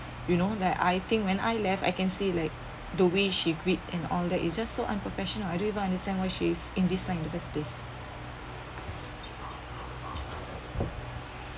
you know like I think when I left I can see like the way she greet and all that it just so unprofessional I don't even don't understand why she is in this line because of this